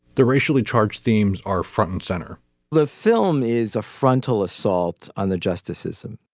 the racially charged themes are front and center the film is a frontal assault on the justice system.